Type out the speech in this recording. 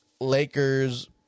lakers